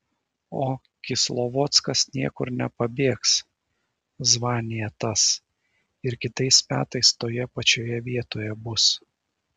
o kislovodskas niekur nepabėgs zvanija tas ir kitais metais jis toje pačioje vietoj bus